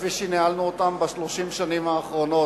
כפי שניהלנו אותם ב-30 השנים האחרונות,